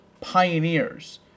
pioneers